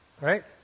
right